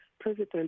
President